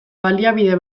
baliabide